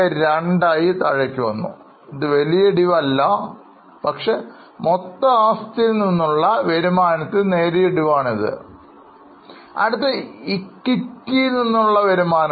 42 ആയി കുറഞ്ഞു ഇതു വലിയ ഇടിവ് അല്ല പക്ഷേ മൊത്തം ആസ്തിയിൽ നിന്നുള്ള വരുമാനത്തിൽ നേരിയ ഇടിവ് ആണിത് അടുത്തത് ഇക്വിറ്റി നിന്നുള്ള വരുമാനമാണ്